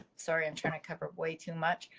sorry, i'm trying to cover way too much.